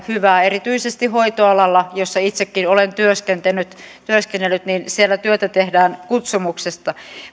hyvää erityisesti hoitoalalla jolla itsekin olen työskennellyt työskennellyt työtä tehdään kutsumuksesta